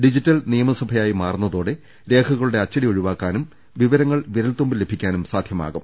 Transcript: digital നിയമസഭയായി മാറുന്നതോടെ രേഖകളുടെ അച്ചടി ഒഴിവാ ക്കാനും വിവരങ്ങൾ വിരൽത്തുമ്പിൽ ലഭിക്കാനും സാധ്യമാകും